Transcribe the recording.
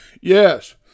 yes